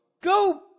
Go